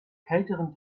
kälteren